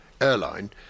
airline